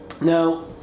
Now